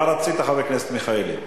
מה רצית, חבר הכנסת מיכאלי?